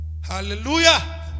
Hallelujah